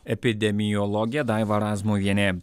epidemiologė daiva razmuvienė